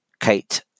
Kate